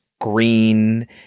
green